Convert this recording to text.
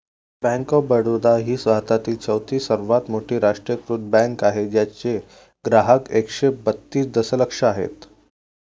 bank of Baroda ही भारतातील चौथी सर्वात मोठी राष्ट्रीयीकृत बँक आहे ज्याचे ग्राहक एकशे बत्तीस दशलक्ष आहेत